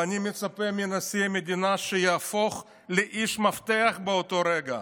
ואני מצפה מנשיא המדינה שיהפוך לאיש מפתח באותו רגע,